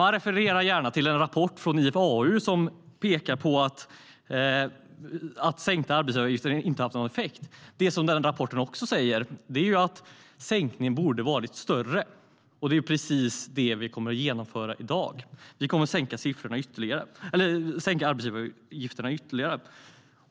Ni refererar gärna till en rapport från IFAU som pekar på att sänkta arbetsgivaravgifter inte har haft någon effekt. Det rapporten också säger är att sänkningen borde ha varit större. Det är precis det vi kommer att genomföra i dag; vi kommer att sänka arbetsgivaravgifterna ytterligare.